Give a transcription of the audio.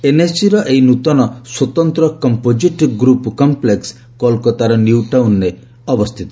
ଏନ୍ଏସ୍ଜିର ଏହି ନୂତନ ସ୍ୱତନ୍ତ୍ର କମ୍ପୋଚ୍ଚିଟ୍ ଗ୍ରୁପ୍ କଂପ୍ଲେକ୍ସ କୋଲକାତାର ନିଉ ଟାଉନ୍ରେ ଅବସ୍ଥିତ